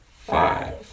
five